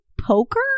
poker